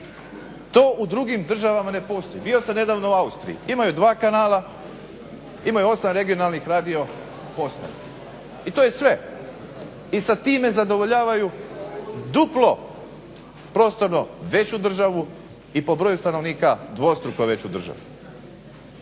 To u drugim državama ne postoji. Bio sam nedavno u Austriji. Imaju dva kanala imaju 8 regionalnih radiopostaja i to je sve. I sa time zadovoljavaju duplo prostorno veću državu i po broju stanovnika dvostruko veću državu.